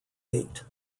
eight